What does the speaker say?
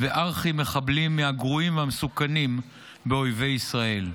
וארכי-מחבלים מהגרועים והמסוכנים באויבי ישראל.